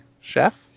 Chef